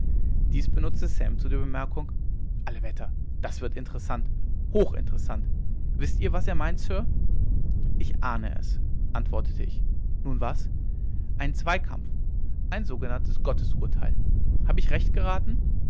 dies benutzte sam zu der bemerkung alle wetter das wird interessant hochinteressant wißt ihr was er meint sir ich ahne es antwortete ich nun was einen zweikampf ein sogenanntes gottesurteil habe ich recht geraten